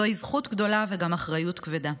זוהי זכות גדולה וגם אחריות כבדה.